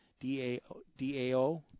D-A-O